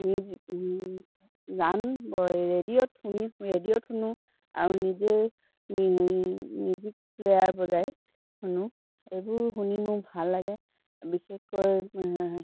music গান ব ৰেডিঅ'ত শুনি ৰেডিঅ'ত শুনো আৰু নিজে মি মিউজিক প্লেয়াৰ বজাই শুনো এইবোৰ শুনি মোৰ ভাল লাগে বিশেষকৈ